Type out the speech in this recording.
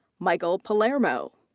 michael palermo.